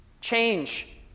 change